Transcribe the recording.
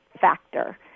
factor